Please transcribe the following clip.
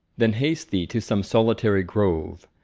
then haste thee to some solitary grove,